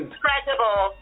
Incredible